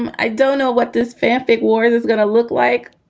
um i don't know what this fanfic war is is gonna look like,